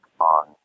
on